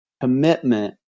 Commitment